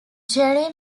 jerry